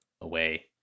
away